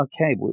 okay